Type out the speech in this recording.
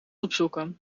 opzoeken